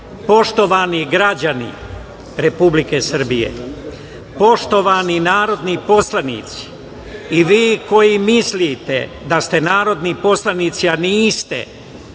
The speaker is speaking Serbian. poštovani građani Republike Srbije, poštovani narodni poslanici i vi koji mislite da ste narodni poslanici, a niste,